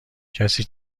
کسی